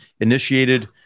initiated